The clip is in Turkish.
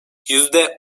yüzde